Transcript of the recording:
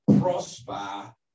prosper